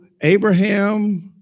Abraham